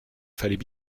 fallait